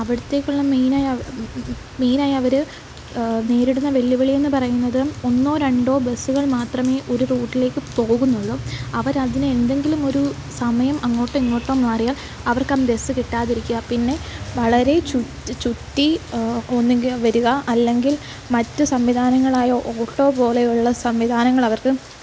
അവിടുത്തേക്കുള്ള മെയിനായവ മെയിനായവർ നേരിടുന്ന വെല്ലുവിളിയെന്നു പറയുന്നത് ഒന്നോ രണ്ടോ ബസ്സുകൾ മാത്രമേ ഒരു റൂട്ടിലേക്കു പോകുന്നുള്ളൂ അവരതിനെ എന്തെങ്കിലും ഒരു സമയം അങ്ങോട്ടോ ഇങ്ങോട്ടോ മാറിയാൽ അവർക്കന്ന് ബസ്സ് കിട്ടാതിരിക്കുക പിന്നെ വളരെ ചു ചുറ്റി ഒന്നുകിൽ വരിക അല്ലെങ്കിൽ മറ്റു സംവിധാനങ്ങളായോ ഓട്ടോ പോലെയുള്ള സംവിധാനങ്ങളവർക്ക്